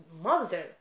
mother